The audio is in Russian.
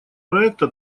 проекта